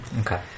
Okay